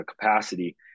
capacity